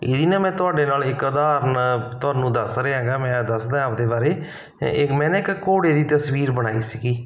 ਇਹਦੀ ਨਾ ਮੈਂ ਤੁਹਾਡੇ ਨਾਲ ਇੱਕ ਉਦਾਹਰਣ ਤੁਹਾਨੂੰ ਦੱਸ ਰਿਹਾ ਹੈਗਾ ਮੈਂ ਦੱਸਦਾ ਆਪਦੇ ਬਾਰੇ ਇੱਕ ਮੈਂ ਨਾ ਇੱਕ ਘੋੜੇ ਦੀ ਤਸਵੀਰ ਬਣਾਈ ਸੀਗੀ